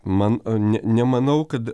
man ne nemanau kad